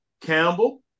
Campbell –